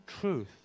truth